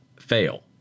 fail